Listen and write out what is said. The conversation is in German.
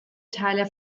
teile